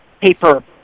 paper